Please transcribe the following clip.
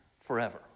forever